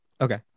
Okay